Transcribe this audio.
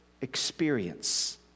experience